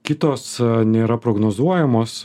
kitos nėra prognozuojamos